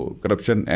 corruption